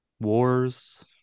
wars